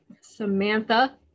Samantha